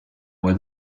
where